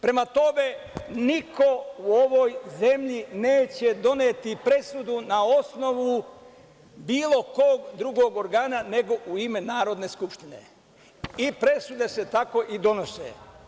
Prema tome, niko u ovoj zemlji neće doneti presudu na osnovu bilo kog drugog orana, nego u ime Narodne skupštine, i presude se tako i donose.